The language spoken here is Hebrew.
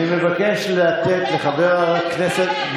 אני מבקש לתת לחבר הכנסת,